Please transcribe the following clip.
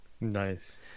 Nice